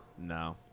No